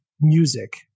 music